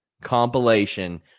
compilation